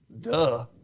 Duh